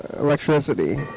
electricity